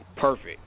perfect